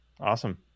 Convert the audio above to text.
Awesome